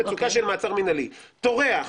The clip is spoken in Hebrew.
מצוקה של מעצר מנהלי טורח,